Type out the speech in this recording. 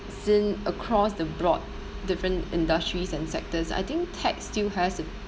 seen across the broad different industries and sectors I think tech still has a